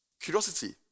Curiosity